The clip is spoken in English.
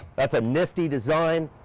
that's a nifty design